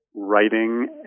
writing